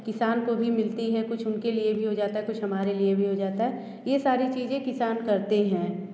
किसान को भी मिलती है कुछ उनके लिए भी हो जाता है कुछ हमारे लिए भी हो जाता ये सारी चीज़े किसान करते हैं